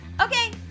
Okay